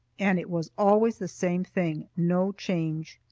and it was always the same thing, no change.